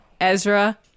Ezra